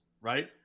right